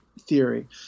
theory